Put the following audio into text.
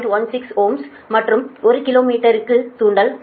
16 ஓம் மற்றும் ஒரு கிலோ மீட்டருக்கு தூண்டல் 1